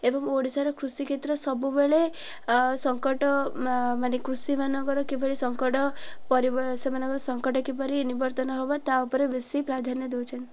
ଏବଂ ଓଡ଼ିଶାର କୃଷି କ୍ଷେତ୍ର ସବୁବେଳେ ସଙ୍କଟ ମାନେ କୃଷିମାନଙ୍କର କିଭଳି ସଙ୍କଟ ପରିବ ସେମାନଙ୍କର ସଙ୍କଟ କିପରି ନିବର୍ତ୍ତନ ହେବ ତା ଉପରେ ବେଶୀ ପ୍ରାଧାନ୍ୟ ଦେଉଛନ୍ତି